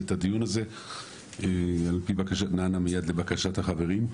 את הדיון הזה על פי הבקשה הוא נענה מיד לבקשת החברים,